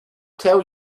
tell